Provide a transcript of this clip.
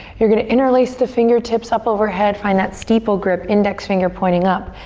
you're gonna interlace the fingertips up overhead, find that steeple grip. index finger pointing up.